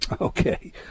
Okay